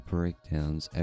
Breakdowns